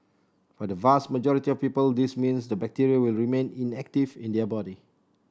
for the vast majority of people this means the bacteria will remain inactive in their body